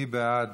מי בעד